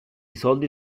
soldi